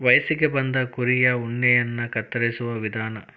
ವಯಸ್ಸಿಗೆ ಬಂದ ಕುರಿಯ ಉಣ್ಣೆಯನ್ನ ಕತ್ತರಿಸುವ ವಿಧಾನ